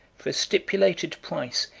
for a stipulated price,